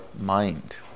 mind